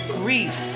grief